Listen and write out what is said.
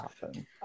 happen